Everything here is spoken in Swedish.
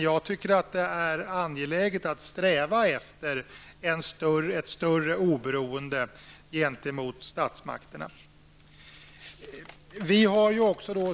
Jag tycker att det är angeläget att sträva efter ett större oberoende gentemot statsmakterna.